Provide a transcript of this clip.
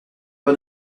pas